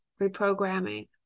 reprogramming